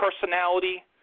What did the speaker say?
personality –